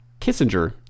Kissinger